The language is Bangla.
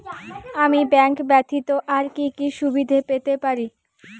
আমি ব্যাংক ব্যথিত আর কি কি সুবিধে পেতে পারি?